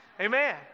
Amen